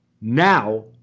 now